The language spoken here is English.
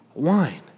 wine